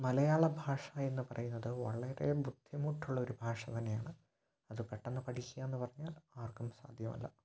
മലയാളഭാഷ എന്ന് പറയുന്നത് വളരെ ബുദ്ധിമുട്ടുള്ള ഒരു ഭാഷ തന്നെയാണ് അത് പെട്ടന്ന് പഠിക്കുക എന്ന് പറഞ്ഞാൽ ആര്ക്കും സാധ്യമല്ല